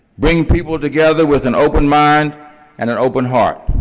bring people together with an open mind and an open heart.